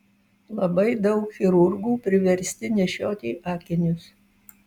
labai daug chirurgų priversti nešioti akinius